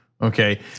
Okay